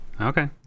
Okay